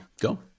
Go